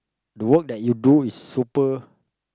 the work that you do is super